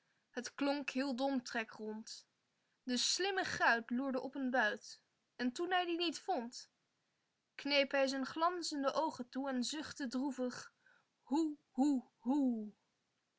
klonk heel d'omtrek rond de slimme guit loerde op een buit en toen hij dien niet vond kneep hij zijn glanzende oogen toe en zuchtte droevig hoe hoe hoe